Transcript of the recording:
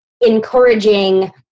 encouraging